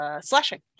slashing